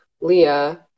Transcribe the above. Leah